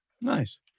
Nice